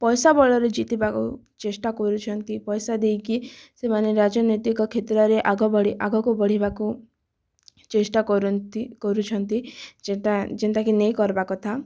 ପଇସା ବଳରେ ଜିତିବାକୁ ଚେଷ୍ଟା କରୁଛନ୍ତି ପଇସା ଦେଇକି ସେମାନେ ରାଜନୈତିକ କ୍ଷେତ୍ରରେ ଆଗଭଳି ଆଗକୁ ବଢ଼ିବାକୁ ଚେଷ୍ଟା କରନ୍ତି କରୁଛନ୍ତି ଯେନ୍ତା ଯେନ୍ତା କି ନାଇଁ କରବା କଥା